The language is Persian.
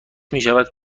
میشود